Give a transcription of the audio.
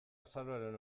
azaroaren